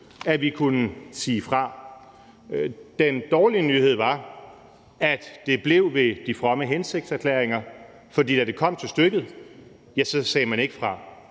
at vi kunne sige fra. Den dårlige nyhed var, at det blev ved de fromme hensigtserklæringer. For da det kom til stykket, sagde man ikke fra;